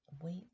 wait